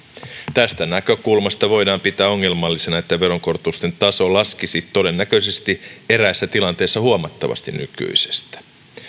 tästä näkökulmasta voidaan pitää ongelmallisena että veronkorotusten taso laskisi todennäköisesti eräissä tilanteissa huomattavasti nykyisestä